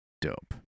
dope